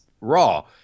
Raw